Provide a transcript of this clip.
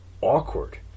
awkward